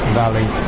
valley